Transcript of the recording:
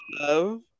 love